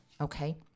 Okay